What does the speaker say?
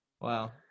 Wow